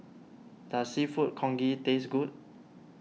does Seafood Congee taste good